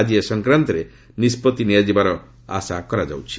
ଆଜି ଏ ସଂକ୍ରାନ୍ତରେ ନିଷ୍ପଭି ନିଆଯିବାର ଆଶା କରାଯାଉଛି